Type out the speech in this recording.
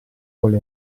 quali